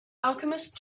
alchemist